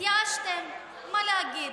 התייאשתם, אין מה להגיד,